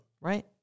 Right